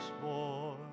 boy